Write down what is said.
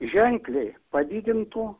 ženkliai padidintų